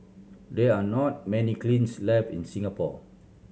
there are not many kilns left in Singapore